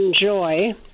enjoy